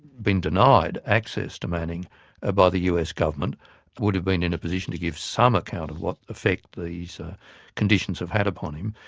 been denied access to manning ah by the us government would have been in a position to give some account of what effect these ah conditions have had upon him.